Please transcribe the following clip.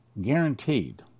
guaranteed